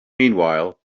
meanwhile